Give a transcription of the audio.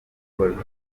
bajura